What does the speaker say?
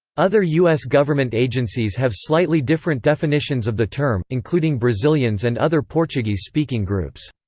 other u s. government agencies have slightly different definitions of the term, including brazilians and other portuguese-speaking groups.